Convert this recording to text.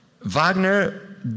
Wagner